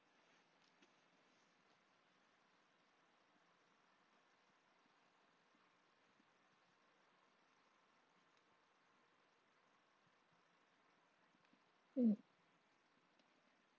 mm